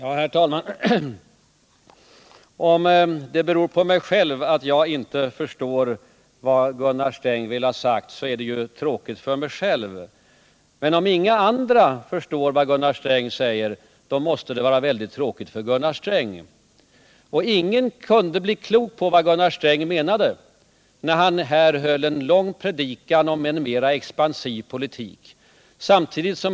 Herr talman! Om det beror på mig själv att jag inte förstår vad Gunnar Sträng vill ha sagt, så är det ju tråkigt för mig. Men om inga andra förstår vad Gunnar Sträng säger, då måste det vara väldigt tråkigt för Gunnar Sträng. Och ingen kunde bli klok på vad Gunnar Sträng menade när han här höll en lång predikan om en mera expansiv politik.